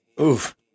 Oof